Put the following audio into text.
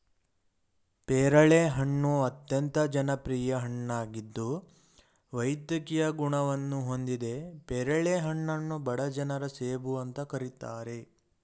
ಪೇರಳೆ ಹಣ್ಣು ಅತ್ಯಂತ ಜನಪ್ರಿಯ ಹಣ್ಣಾಗಿದ್ದು ವೈದ್ಯಕೀಯ ಗುಣವನ್ನು ಹೊಂದಿದೆ ಪೇರಳೆ ಹಣ್ಣನ್ನು ಬಡ ಜನರ ಸೇಬು ಅಂತ ಕರೀತಾರೆ